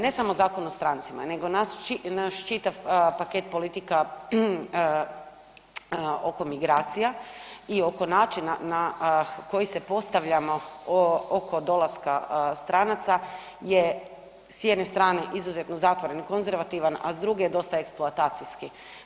Ne samo Zakon o strancima nego naš čitav paket politika oko migracija i oko načina na koji se postavljamo oko dolaska stranaca je s jedne strane izuzetno zatvoren konzervativan, a s druge je dosta eksploatacijski.